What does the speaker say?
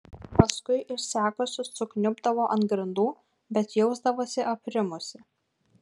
paskui išsekusi sukniubdavo ant grindų bet jausdavosi aprimusi